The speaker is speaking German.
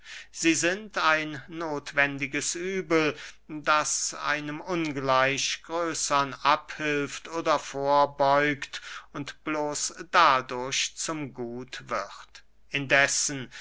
sie sind ein nothwendiges übel das einem ungleich größern abhilft oder vorbeugt und bloß dadurch zum gut wird indessen